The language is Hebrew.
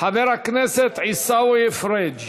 חבר הכנסת עיסאווי פריג'.